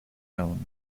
own